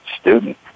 student